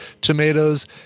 tomatoes